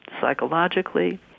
psychologically